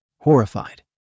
Horrified